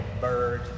Bird